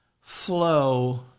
flow